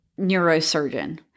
neurosurgeon